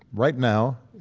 right now,